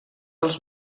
els